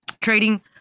trading